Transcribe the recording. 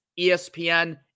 ESPN